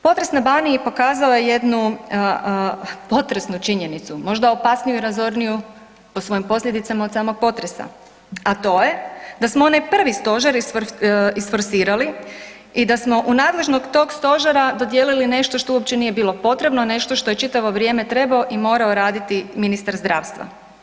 Potres na Baniji pokazao je jednu potresnu činjenicu, možda opasniju i razorniju po svojim posljedicama od samog potresa, a to je da samo onaj prvi Stožer isforsirali i da smo u nadležnost tog Stožera dodijelili nešto što uopće nije bilo potrebno, nešto što je čitavo vrijeme trebao i morao raditi ministar zdravstva.